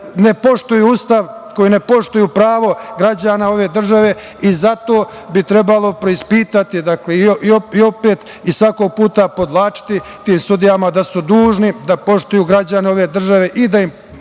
ne poštuju Ustav, koji ne poštuju pravo građana ove države. Zato bi trebalo preispitati i opet i svakog puta podvlačiti tim sudijama da su dužni da poštuju građane ove države i da im